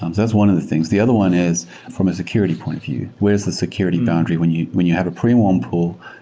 um that's one of the things. the other one is from a security point of view. where is the security boundary? when you when you have a pre-warm pull,